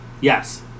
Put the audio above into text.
Yes